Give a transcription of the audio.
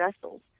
vessels